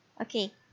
Okay